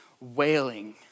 wailing